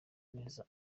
neza